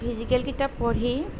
physical কিতাপ পঢ়ি